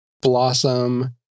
Blossom